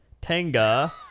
Tanga